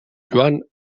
joan